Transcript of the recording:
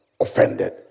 offended